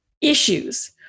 issues